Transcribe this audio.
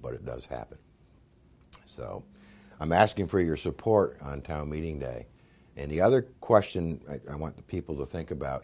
but it does happen so i'm asking for your support on town meeting day and the other question i want the people to think about